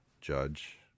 judge